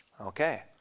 Okay